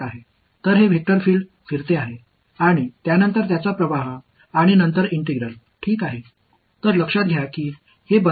எனவே இது ஒரு வெக்டர் ஃபீல்டு சுழற்சியாகும் அதன் பிறகு அதனுடைய ஃபிளக்ஸ் பின்னர் ஒரு ஒருங்கிணைப்பு